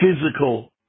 physical